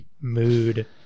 Mood